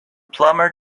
plumber